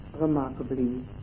remarkably